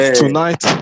tonight